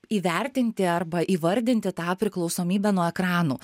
įvertinti arba įvardinti tą priklausomybę nuo ekranų